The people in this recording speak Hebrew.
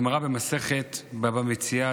במסכת בבא מציעא,